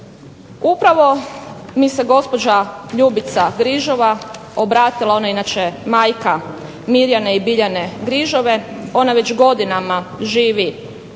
Upravo mi se gospođa Ljubica Grižova obratila, ona je inače majka Mirjane i Biljane Grižove, ona već godinama živi